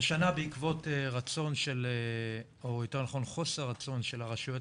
השנה בעקבות רצון או יותר נכון חוסר רצון של הרשויות